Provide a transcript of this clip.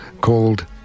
called